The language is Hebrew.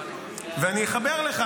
ואני אחבר לך.